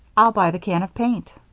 i'll buy the can of paint.